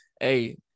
Hey